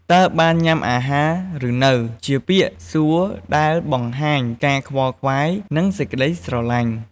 តើបានញ៉ាំអាហារឬនៅ? ជាពាក្យសួរដែលបង្ហាញការខ្វល់ខ្វាយ និងសេចក្ដីស្រឡាញ់។